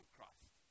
Christ